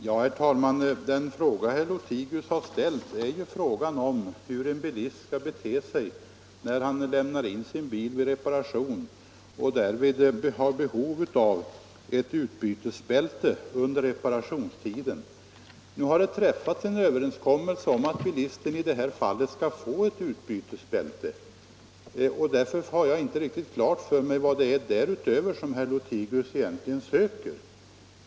Herr talman! Den fråga herr Lothigius har ställt är hur en bilist skall bete sig när han lämnar in sin bil för reparation av bilbältet och har behov av bilen. Nu har överenskommelse träffats om att bilisten i detta fall skall få ett utbytesbälte. Därför har jag inte riktigt klart för mig vad det är därutöver som herr Lothigius egentligen söker.